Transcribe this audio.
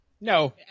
No